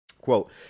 Quote